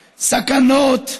סכנות,